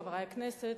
חברי הכנסת,